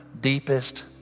deepest